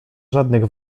żadnych